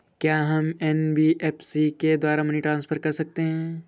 क्या हम एन.बी.एफ.सी के द्वारा मनी ट्रांसफर कर सकते हैं?